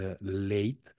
late